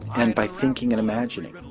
and by thinking and imagining,